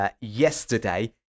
yesterday